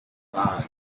five